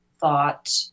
thought